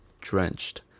drenched